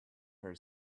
her